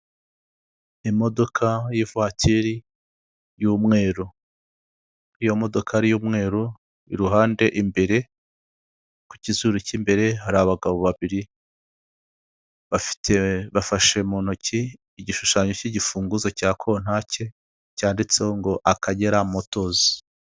Imodoka y'ivatiri y'umweru, iyo modoka ari y'umweru iruhande imbere ku kizuru cy'imbere hari abagabo babiri bafashe mu ntoki igishushanyo cy'igifunguzo cya kontake cyanditseho ngo akagera motosi.